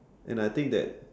and I think that